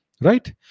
right